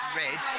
red